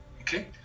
Okay